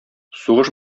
сугыш